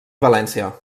valència